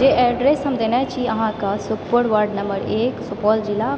जे एड्रेस हम देने छी अहाँकऽ सुखपुर वार्ड नम्बर एक सुपौल जिला